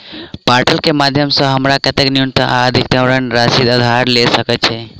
Portal केँ माध्यम सऽ हमरा केतना न्यूनतम आ अधिकतम ऋण राशि उधार ले सकै छीयै?